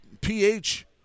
PH